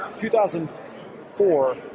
2004